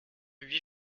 huit